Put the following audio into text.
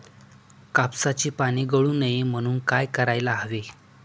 कापसाची पाने गळू नये म्हणून काय करायला हवे?